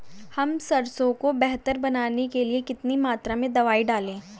हम सरसों को बेहतर बनाने के लिए कितनी मात्रा में दवाई डालें?